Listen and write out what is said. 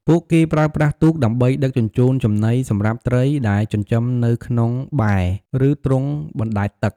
ពួកគេប្រើប្រាស់ទូកដើម្បីដឹកជញ្ជូនចំណីសម្រាប់ត្រីដែលចិញ្ចឹមនៅក្នុងបែរ ឬទ្រុងបណ្ដែតទឹក។